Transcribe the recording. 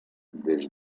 des